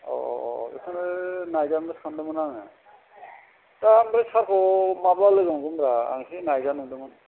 औ औ औ औ बेखौनो नायजानोबो सानदोंमोन आङो दा ओमफ्राय सारखौ माब्ला लोगो मोनगोनब्रा आं एसे नायजानो नंदोंमोन